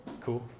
Cool